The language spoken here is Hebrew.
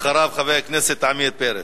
אחריו, חבר הכנסת עמיר פרץ.